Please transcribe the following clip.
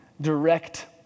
direct